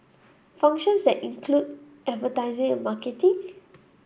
functions that include advertising and marketing